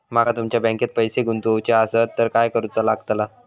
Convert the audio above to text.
माका तुमच्या बँकेत पैसे गुंतवूचे आसत तर काय कारुचा लगतला?